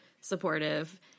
supportive